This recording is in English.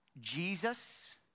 Jesus